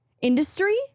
industry